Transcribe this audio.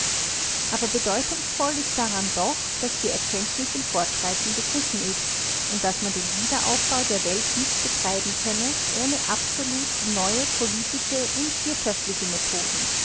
aber bedeutungsvoll ist daran doch daß die erkenntnis im fortschreiten begriffen ist daß man den wiederaufbau der welt nicht betreiben könne ohne absolut neue politische und wirtschaftliche methoden